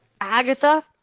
Agatha